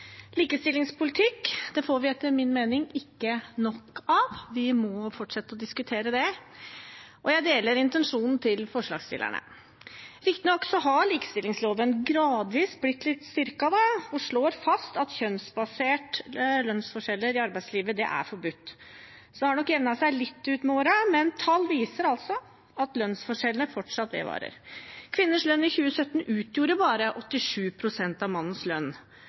og jeg deler intensjonen til forslagsstillerne. Riktignok har likestillingsloven gradvis blitt litt styrket og slår fast at kjønnsbaserte lønnsforskjeller i arbeidslivet er forbudt. Det har nok jevnet seg litt ut med årene, men tall viser at lønnsforskjellene vedvarer. Kvinners lønn i 2017 utgjorde bare 87 pst. av mannens lønn.